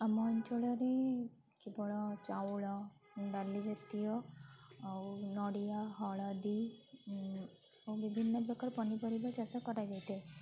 ଆମ ଅଞ୍ଚଳରେ କେବଳ ଚାଉଳ ଡାଲି ଜାତୀୟ ଆଉ ନଡ଼ିଆ ହଳଦୀ ଓ ବିଭିନ୍ନ ପ୍ରକାର ପନିପରିବା ଚାଷ କରାଯାଇଥାଏ